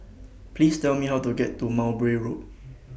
Please Tell Me How to get to Mowbray Road